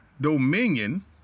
dominion